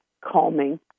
calming